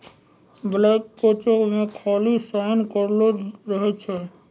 blank चेको मे खाली साइन करलो रहै छै